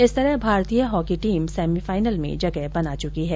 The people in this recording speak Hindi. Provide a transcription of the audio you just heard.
इस तरह भारतीय हॉकी टीम सेमीफाइनल में जगह बना चुकी है